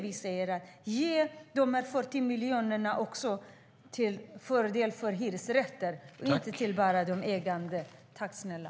Vi säger: Ge de 40 miljarderna till fördel för hyresrätter, inte bara till dem som äger!